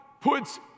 puts